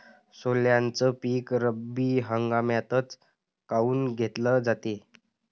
सोल्याचं पीक रब्बी हंगामातच काऊन घेतलं जाते?